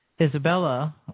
Isabella